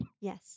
Yes